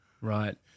Right